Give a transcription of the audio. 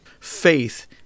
Faith